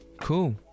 cool